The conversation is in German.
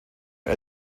dem